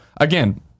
Again